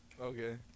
Okay